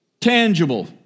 Tangible